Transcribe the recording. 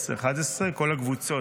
עשר, 11, כל הקבוצות.